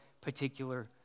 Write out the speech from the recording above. particular